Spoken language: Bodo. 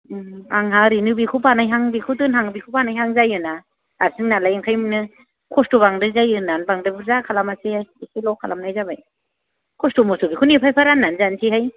आंहा ओरैनो बेखौ बानायहां बेखौ दोनहां बेखौ बानायहां जायो ना हारसिं नालाय ओंखायनो खस्थ' बांद्राय जायो होननानै बांद्राय बुरजा खालामासै एसेल' खालामनाय जाबाय खस्थ' मस्थ' बेखौनो एफा एफा राननानै जानोसैहाय